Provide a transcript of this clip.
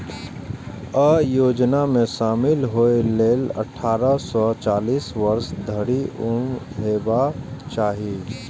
अय योजना मे शामिल होइ लेल अट्ठारह सं चालीस वर्ष धरि उम्र हेबाक चाही